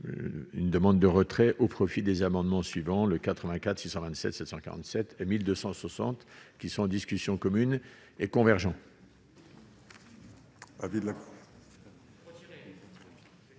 une demande de retrait au profit des amendements suivants le 84 627 747260 qui sont en discussion commune et convergents.